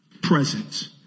presence